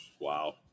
Wow